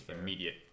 immediate